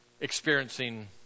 experiencing